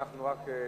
אנחנו רק,